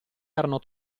erano